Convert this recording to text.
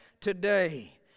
today